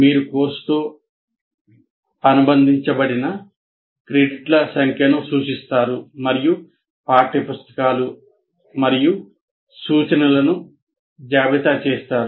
మీరు కోర్సుతో అనుబంధించబడిన క్రెడిట్ల సంఖ్యను సూచిస్తారు మరియు పాఠ్యపుస్తకాలు మరియు సూచనలను జాబితా చేస్తారు